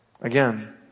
Again